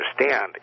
understand